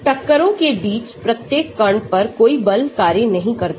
टक्करों के बीच प्रत्येक कण पर कोई बल कार्य नहीं करता है